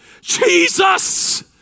Jesus